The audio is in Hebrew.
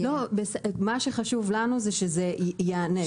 מה שחשוב לנו זה שזה ייענה.